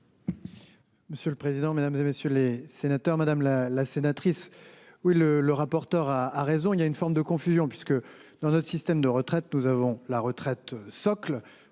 Monsieur le président, Mesdames, et messieurs les sénateurs. Madame la la sénatrice. Oui le le rapporteur a a raison il y a une forme de confusion, puisque dans notre système de retraite, nous avons la retraite socle